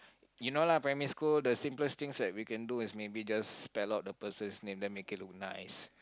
you know lah primary school the simplest things that we can do is maybe just spell out the person's name then make it look nice